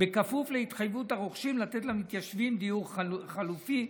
בכפוף להתחייבות הרוכשים לתת למתיישבים דיור חלופי.